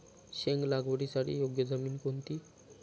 शेंग लागवडीसाठी योग्य जमीन कोणती?